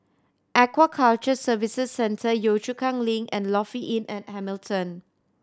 Aquaculture Services Centre Yio Chu Kang Link and Lofi Inn at Hamilton